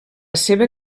seva